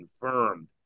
confirmed